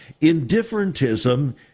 Indifferentism